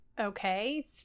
okay